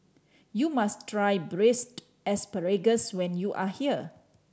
you must try Braised Asparagus when you are here